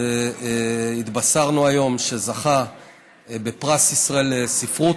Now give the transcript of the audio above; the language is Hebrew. שהתבשרנו היום שזכה בפרס ישראל לספרות.